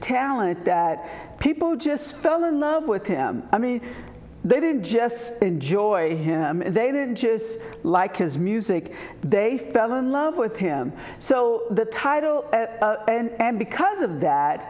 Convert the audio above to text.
talent that people just fell in love with him i mean they didn't just enjoy him they did just like his music they fell in love with him so the title and become of